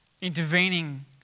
intervening